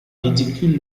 ridicule